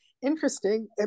interesting